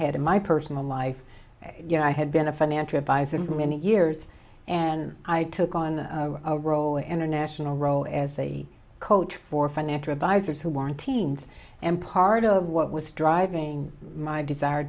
had in my personal life you know i had and a financial adviser of many years and i took on a role international role as a coach for financial advisors who warn teens and part of what was driving my desire